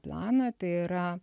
planą tai yra